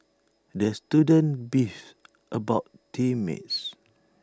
the student beefed about team mates